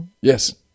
Yes